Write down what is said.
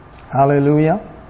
Hallelujah